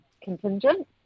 contingent